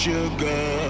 Sugar